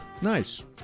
Nice